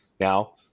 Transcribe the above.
Now